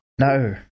No